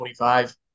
25